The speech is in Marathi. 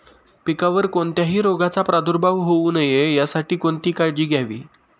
पिकावर कोणत्याही रोगाचा प्रादुर्भाव होऊ नये यासाठी कोणती काळजी घ्यावी?